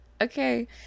Okay